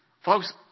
Folks